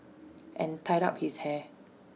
and tied up his hair